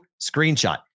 screenshot